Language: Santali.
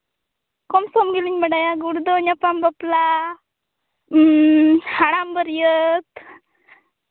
ᱠᱚᱢᱥᱚᱢ ᱜᱮᱞᱤᱧ ᱵᱟᱰᱟᱭᱟ ᱜᱩᱲᱫᱟᱹᱣ ᱧᱟᱯᱟᱢ ᱵᱟᱯᱞᱟ ᱦᱟᱲᱟᱢ ᱵᱟᱹᱨᱭᱟᱹᱛ